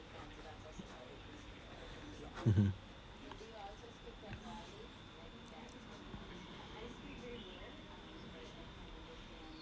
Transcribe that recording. mmhmm